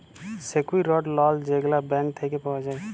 secured loan যেগলা bank থ্যাইকে পাউয়া যায়